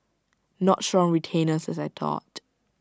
not strong retainers as I thought